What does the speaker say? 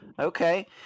Okay